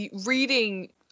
reading